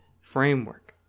framework